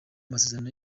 masezerano